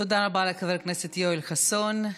תודה רבה לחבר הכנסת יואל חסון.